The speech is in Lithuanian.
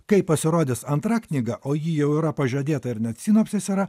kai pasirodys antra knyga o ji jau yra pažadėta ir net sinopsis yra